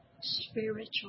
spiritual